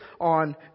on